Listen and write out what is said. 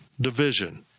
division